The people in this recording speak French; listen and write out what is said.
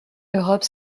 europe